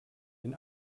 den